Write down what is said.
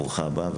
ברוכה הבאה.